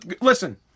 listen